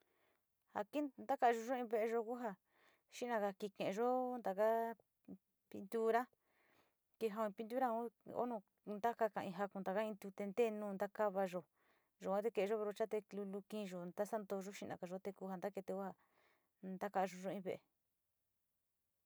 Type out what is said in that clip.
Ja ki ntakayuyo in veeyo ku ja xinaga ki keeyo taka pintura, kejao pintura o nu nta ka kai in ntute ntee nu ntakavayo yua te kiyo brochayo te lulu kiiyo ntasontooyo xinaga yua te ku ja ntaketeo ja ntaka´ayuyo in ve´e.